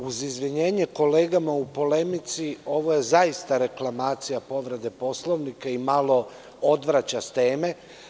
Uz izvinjenje kolegama, u polemici ovo je zaista reklamacija povrede Poslovnika i malo odvraća sa teme.